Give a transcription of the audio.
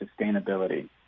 sustainability